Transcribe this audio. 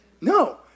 No